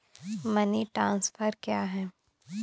Money transfer क्या है?